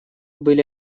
были